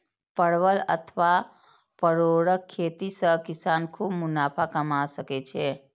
परवल अथवा परोरक खेती सं किसान खूब मुनाफा कमा सकै छै